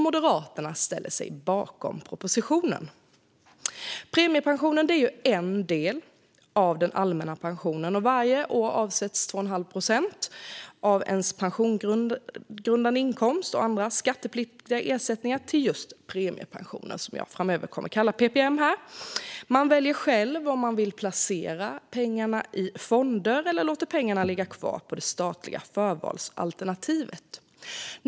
Moderaterna ställer sig bakom propositionen. Premiepensionen är en del av den allmänna pensionen. Varje år avsätts 2 1⁄2 procent av ens pensionsgrundande inkomst och andra skattepliktiga ersättningar till just premiepensionen, som jag framöver kommer att kalla ppm. Man väljer själv om man vill placera pengarna genom fondval eller om man vill låta pengarna ligga kvar i det statliga förvalsalternativet.